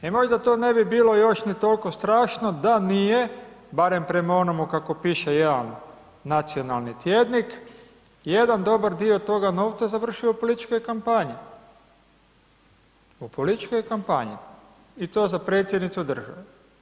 I možda to ne bi bilo još ni tolko strašno da nije, barem prema onomu kako piše jedan nacionalni tjednik, jedan dobar dio toga novca završio u političkoj kampanji, u političkoj kampanji i to za predsjednicu države.